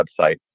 website